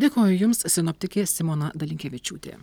dėkoju jums sinoptikė simona dalinkevičiūtė